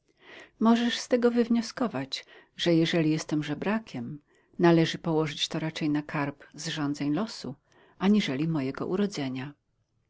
możesz z tego wywnioskować że jeśli jestem żebrakiem na leży położyć to raczej na karb zrządzeń losu aniżeli mojego urodzenia